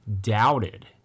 doubted